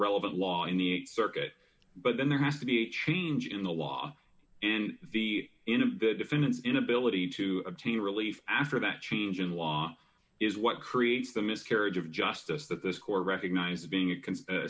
relevant law in the circuit but then there has to be a change in the law and the end of the defendant's inability to obtain relief after that change in law is what creates the miscarriage of justice that this court recognized as being a